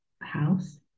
house